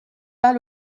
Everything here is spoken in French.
pas